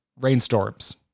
rainstorms